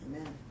Amen